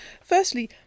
Firstly